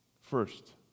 First